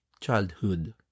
childhood